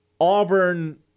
Auburn